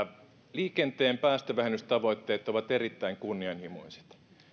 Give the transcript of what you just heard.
liikenteen päästövähennystavoitteet ovat erittäin kunnianhimoiset